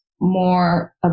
more